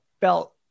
felt